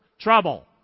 Trouble